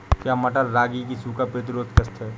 क्या मटर रागी की सूखा प्रतिरोध किश्त है?